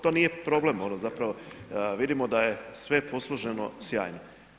To nije problem ono zapravo, vidimo da je sve posloženo sjajno.